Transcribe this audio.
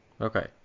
okay